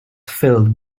filled